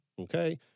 Okay